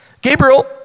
Gabriel